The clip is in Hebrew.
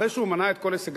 אחרי שהוא מנה את כל הישגיו,